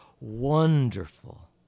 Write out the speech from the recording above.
wonderful